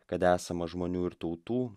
kad esama žmonių ir tautų